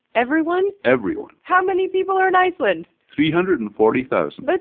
everyone? everyone. how many people are in iceland! three hundred and forty thousand. that's